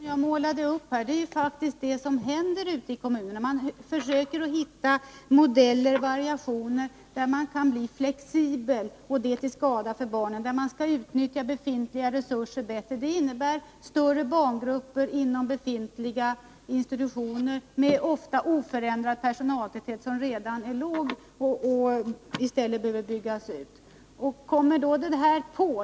Herr talman! Den bild jag målade upp visar faktiskt vad som händer ute i kommunerna. Man försöker hitta modeller och variationer för att vara flexibel, och det är till skada för barnen. Man vill utnyttja befintliga resurser bättre, och det innebär större barngrupper inom institutionerna med oförändrad personaltäthet. Det är redan dåligt ställt med personal, så här behövsi stället en utbyggnad.